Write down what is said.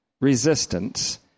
resistance